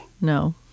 No